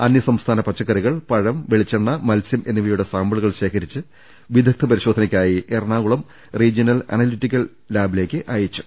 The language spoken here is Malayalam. അന്യസംസ്ഥാന പച്ചക്കറികൾ പഴം വെളിച്ചെണ്ണ മത്സ്യം എന്നിവയുടെ സാമ്പിളുകൾ ശേഖരിച്ച് വിദഗ്ദ്ധ പരിശോധനയ്ക്കായി എറ ണാകുളം റീജനൽ അനലിറ്റിക്കൽ ലബോറട്ടറിയിലേക്ക് അയച്ചു